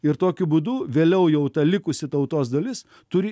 ir tokiu būdu vėliau jau ta likusi tautos dalis turi